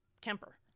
Kemper